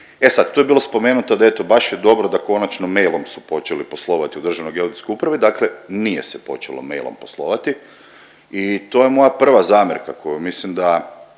E sad, tu je bilo spomenuto da eto baš je dobro da konačno mailom su počeli poslovati u Državnoj geodetskoj upravi, dakle nije se počelo mailom poslovati i to je moja prva zamjerka koju mislim da